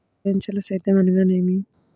ఐదంచెల సేద్యం అనగా నేమి?